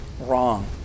wrong